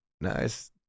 Nice